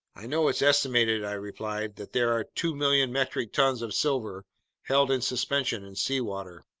i know it's estimated, i replied, that there are two million metric tons of silver held in suspension in seawater.